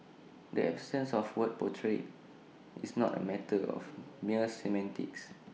the absence of word portrayed is not A matter of mere semantics